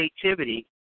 creativity